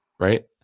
right